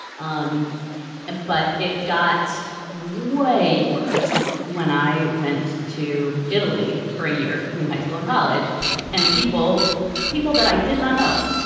um ah but it got way worse when i went to italy for a year between high school and college and people people that i did not know.